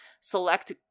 select